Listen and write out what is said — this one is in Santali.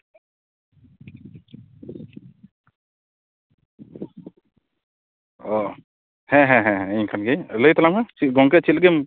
ᱚᱻ ᱦᱮᱸ ᱦᱮᱸ ᱤᱧ ᱠᱟᱱ ᱜᱤᱭᱟᱹᱧ ᱞᱟᱹᱭ ᱛᱟᱞᱟᱝ ᱢᱮ ᱜᱚᱝᱮ ᱪᱮᱫ ᱞᱟᱹᱜᱤᱢ